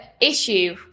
issue